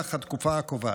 במהלך התקופה הקובעת: